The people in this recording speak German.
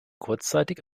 kurzzeitig